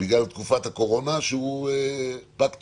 בגלל תקופת הקורונה, שפג תוקפו.